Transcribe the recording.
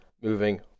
moving